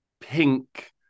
pink